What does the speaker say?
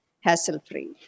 hassle-free